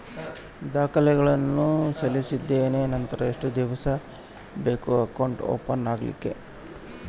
ದಾಖಲೆಗಳನ್ನು ಸಲ್ಲಿಸಿದ್ದೇನೆ ನಂತರ ಎಷ್ಟು ದಿವಸ ಬೇಕು ಅಕೌಂಟ್ ಓಪನ್ ಆಗಲಿಕ್ಕೆ?